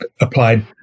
applied